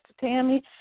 Tammy